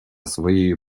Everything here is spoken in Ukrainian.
своєю